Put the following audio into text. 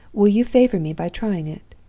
will you favor me by trying it?